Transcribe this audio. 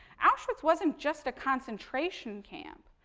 auschwitz wasn't just a concentration camp,